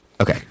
Okay